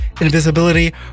invisibility